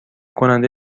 کننده